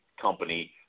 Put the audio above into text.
company